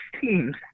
teams